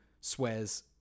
swears